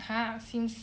!huh! since